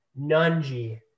Nunji